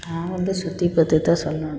நான் வந்து சுத்தி பற்றி தான் சொல்லணும்